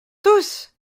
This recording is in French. tous